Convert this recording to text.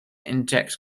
inject